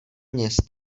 města